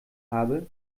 habe